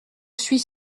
suis